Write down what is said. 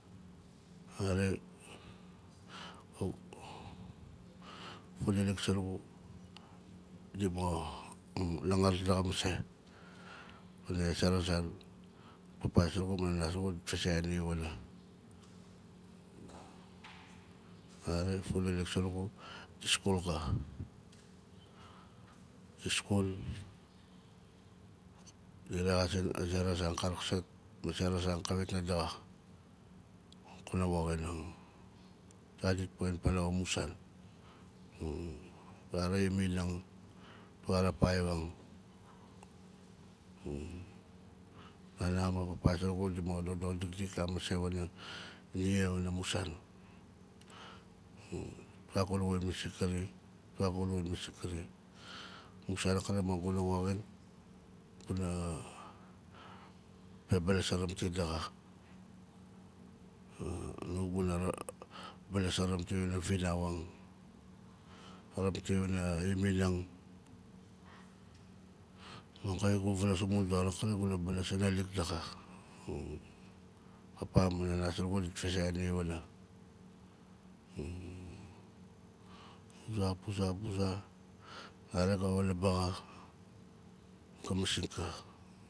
Nare funalik surugu di mo langar daxa masei wana zera zan papa zurugu ma nana zurugu dit vazeang nia wanaa nare funalik surugu di skul xa di skul la rexazing a zera zan ka raaksat ma zera zan kawit na daxa kunaa woxinang tua dit poxin paalau amusan tua ra iminang tua ra paibaang nana ma papa zurugu di mo dodor dikdikgaan masei wana nia wana mun san tua gu wulwulang masing kari tua gu wulwulang masing kari amusan akari mo gu na woxin gu na baalas a raapti daxa baalas a raapti wana vinauang a raapti wana iminang mong kai gu volos amun doring akanan gu na baalas a naalik daxa papa ma nana zurugu dit vazeia nia wana uza, puza, puza hare ga wan labaa xa ga masing kar